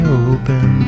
open